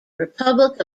republic